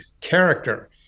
character